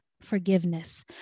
forgiveness